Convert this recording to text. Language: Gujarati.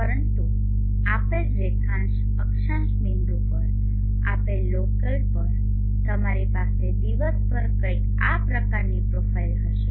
પરંતુ આપેલ રેખાંશ અક્ષાંશ બિંદુ પર આપેલ લોકેલ પર તમારી પાસે દિવસભર કંઈક આ પ્રકારની પ્રોફાઇલ હશે